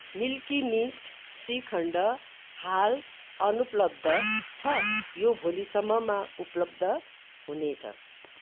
milky Mist shrikhand हाल अनुप्लब्द छ यो भोलिसम्ममा उपलब्द हुनेछ